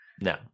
no